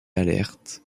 alerte